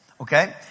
Okay